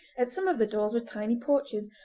at some of the doors were tiny porches,